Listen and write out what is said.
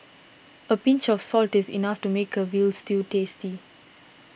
a pinch of salt is enough to make a Veal Stew tasty